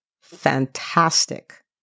fantastic